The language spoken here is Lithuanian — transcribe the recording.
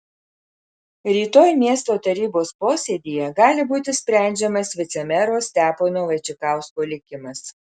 rytoj miesto tarybos posėdyje gali būti sprendžiamas vicemero stepono vaičikausko likimas